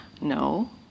No